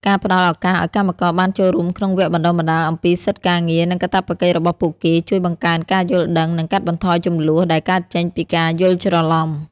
ការផ្ដល់ឱកាសឱ្យកម្មករបានចូលរួមក្នុងវគ្គបណ្ដុះបណ្ដាលអំពីសិទ្ធិការងារ និងកាតព្វកិច្ចរបស់ពួកគេ ជួយបង្កើនការយល់ដឹង និងកាត់បន្ថយជម្លោះដែលកើតចេញពីការយល់ច្រឡំ។